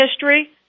history